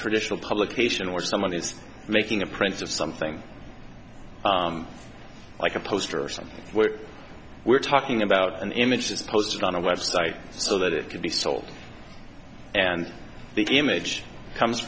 traditional publication or someone is making a prints of something like a poster or something where we're talking about an images posted on a website so that it can be sold and the image comes